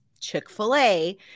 Chick-fil-A